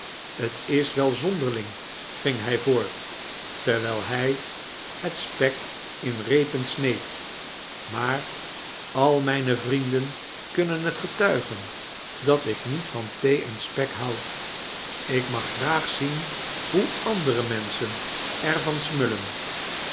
t is wel zonderling gang hij voort terwijl hij het spek in repen sneed maar al mijne vrienden kunnen het getuigen dat ik niet van thee en spek houd ik mag graag zien hoe andere menschen er van smullein